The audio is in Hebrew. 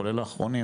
כולל האחרונים,